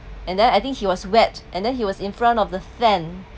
and then I think he was wet and then he was in front of the tent